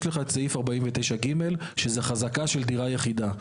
יש לך את סעיף 49(ג), שזה חזקה של דירה יחידה.